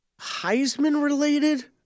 Heisman-related